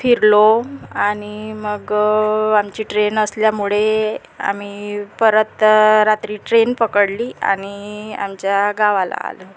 फिरलो आणि मग आमची ट्रेन असल्यामुळे आम्ही परत रात्री ट्रेन पकडली आणि आमच्या गावाला आलो